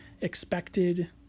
expected